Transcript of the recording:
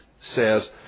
says